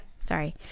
Sorry